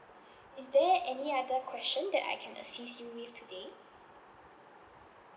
is there any other question that I can assist you with today